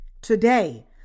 Today